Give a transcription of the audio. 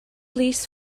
least